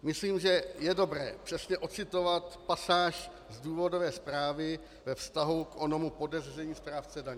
Myslím, že je dobré přesně odcitovat pasáž z důvodové zprávy ve vztahu k onomu podezření správce daně.